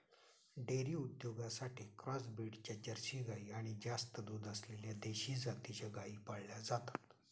dairy उद्योगासाठी cross ब्रीडच्या Jersey गाई आणि जास्त दूध असलेल्या देशी जातीच्या गायी पाळल्या जातात